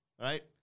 Right